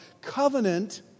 Covenant